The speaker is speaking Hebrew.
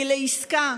כי לעסקה